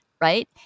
right